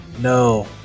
No